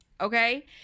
okay